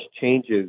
changes